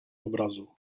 obrazu